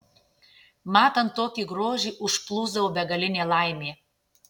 matant tokį grožį užplūsdavo begalinė laimė